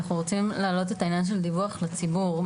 אנחנו רוצים להעלות את העניין של הדיווח לציבור.